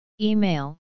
Email